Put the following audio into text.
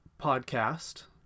podcast